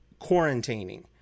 quarantining